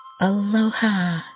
Aloha